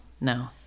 no